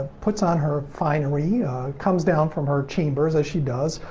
puts on her finery comes down from her chambers as she does,